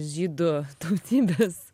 žydų tautybės